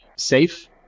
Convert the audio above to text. safe